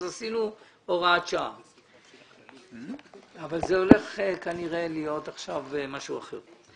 אז עשינו הוראת שעה אבל כנראה עכשיו זה הולך להיות משהו אחר.